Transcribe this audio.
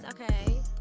okay